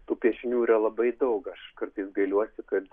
tų piešinių yra labai daug aš kartais gailiuosi kad